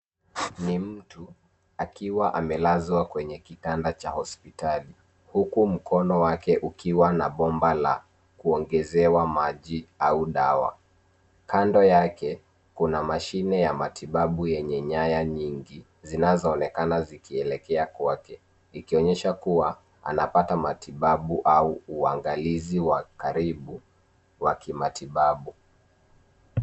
Ni mtu akiwa amelazwa kwenye kitanda cha hospitali, huku mkono wake ukiwa na bomba la kuongezewa maji au dawa. Kando yake, kuna mashine ya matibabu yenye nyaya nyingi, zinazoonekana zikielekea kwake, ikionyesha kuwa anapata matibabu au uangalizi wa karibu wa kimatibabu.